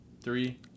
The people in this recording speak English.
Three